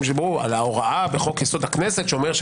שרצו על ההוראה בחוק יסוד: הכנסת שאומרת,